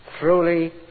truly